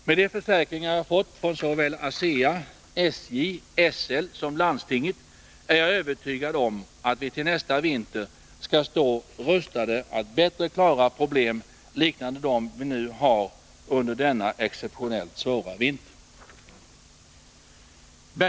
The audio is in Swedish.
Med de försäkringar jag fått från såväl ASEA, SJ och SL som landstinget är jag övertygad om att vi till nästa vinter skall stå rustade att bättre klara problem liknande dem vi nu har under denna exceptionellt svåra vinter.